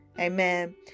amen